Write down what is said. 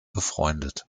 befreundet